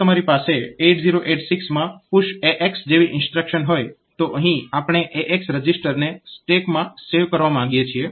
જેમ કે જો તમારી પાસે 8086 માં PUSH AX જેવી ઇન્સ્ટ્રક્શન હોય તો અહીં આપણે AX રજીસ્ટરને સ્ટેકમાં સેવ કરવા માંગીએ છીએ